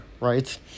right